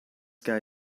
guy